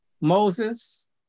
Moses